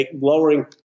lowering